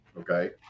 okay